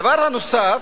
הדבר הנוסף,